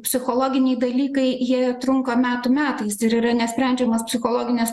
psichologiniai dalykai jie trunka metų metais ir yra nesprendžiamos psichologinės